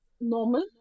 normal